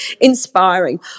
inspiring